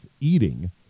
eating